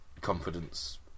confidence